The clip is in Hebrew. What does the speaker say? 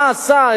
מה עשה,